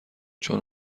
چون